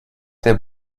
der